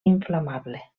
inflamable